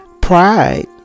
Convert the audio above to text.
Pride